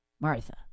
Martha